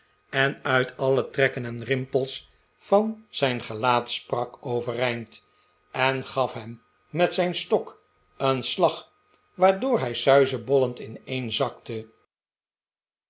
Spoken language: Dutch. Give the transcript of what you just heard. en uit alle trekken en rimpels van zijn gezicht sprak overeind en gaf hem met zijn stok een slag waardoor hij suizebollend ineenzakte